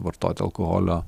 vartot alkoholio